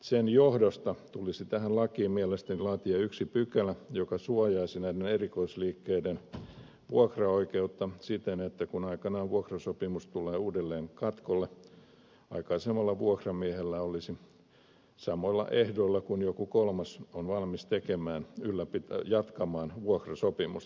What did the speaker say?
sen johdosta tulisi tähän lakiin mielestäni laatia yksi pykälä joka suojaisi näiden erikoisliikkeiden vuokraoikeutta siten että kun aikanaan vuokrasopimus tulee uudelleen katkolle aikaisemmalla vuokramiehellä olisi samoilla ehdoilla kuin joku kolmas on valmis tekemään oikeus jatkaa vuokrasopimusta